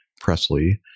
Presley